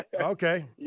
Okay